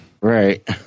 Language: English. Right